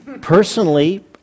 Personally